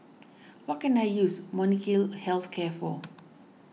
what can I use Molnylcke Health Care for